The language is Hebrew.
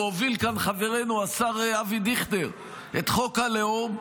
והוביל כאן חברנו השר אבי דיכטר את חוק הלאום,